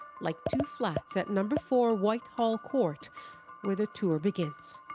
like two flats at number four whitehall court where the tour begins.